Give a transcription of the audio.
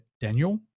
Daniel